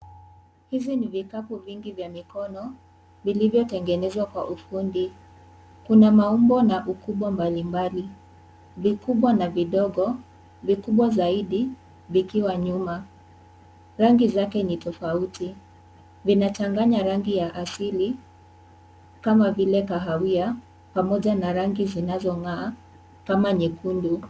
Hizi ni vikapu vingi vya mikono vilivyotengezwa kwa ufundi kuna maumbo mbalimbali vikubwa na vidogo, vikubwa zaidi vikiwa nyuma rangi zake ni tofauti, vinachanganya rangi ya asili kama vile kahawia pamoja na rangi zinazong'aa kama nyekundu.